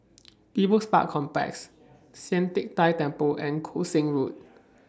People's Park Complex Sian Teck Tng Temple and Koon Seng Road